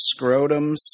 scrotums